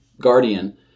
guardian